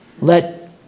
Let